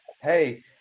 hey